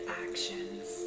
actions